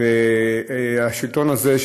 השלטון הזה,